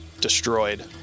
destroyed